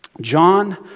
John